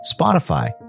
Spotify